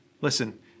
listen